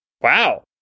Wow